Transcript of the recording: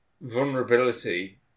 vulnerability